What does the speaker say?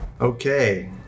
Okay